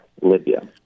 Libya